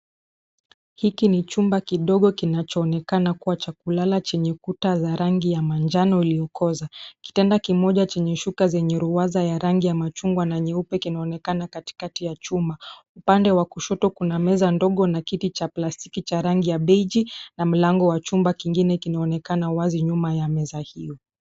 Hiki ni chumba kidogo kinachoonekana kuwa cha kulala chenye kuta za rangi ya manjano iliyokoza. Kitanda kimoja chenye shuka zenye ruwaza ya rangi ya machungwa na nyeupe kinaonekana katikati ya chuma. Upande wa kushoto kuna meza ndogo na kiti cha plastiki cha rangi ya beige na mlango wa chumba kingine kinaonekana wazi nyuma ya meza hiyo.